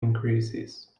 increases